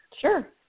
sure